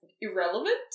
irrelevant